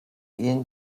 ihnen